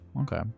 Okay